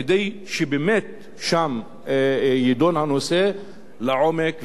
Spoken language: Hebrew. כדי שבאמת שם יידון הנושא לעומק.